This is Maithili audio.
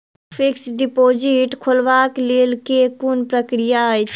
फिक्स्ड डिपोजिट खोलबाक लेल केँ कुन प्रक्रिया अछि?